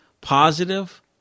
positive